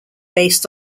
based